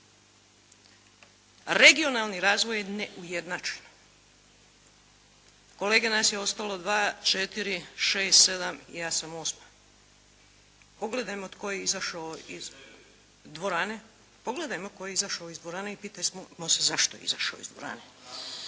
Regionalni razvoj je neujednačen. Kolega, nas je ostalo dva, četiri, šest, sedam i ja sam osma. Pogledajmo tko je izašao iz dvorane i pitajmo se zašto je izašao iz dvorane.